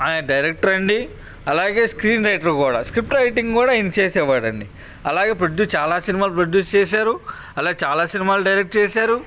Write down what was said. ఆయన డైరెక్టర్ అండి అలాగే స్క్రీన్ రైటర్ కూడా స్క్రిప్ట్ రైటింగ్ కూడా ఈయన చేసే వాడండి అలాగే ప్రొడ్యూస్ చాలా సినిమాలు ప్రొడ్యూస్ చేశారు అలా చాలా సినిమాలు డైరెక్ట్ చేశారు